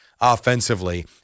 offensively